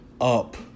up